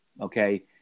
okay